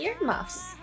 Earmuffs